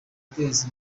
guteza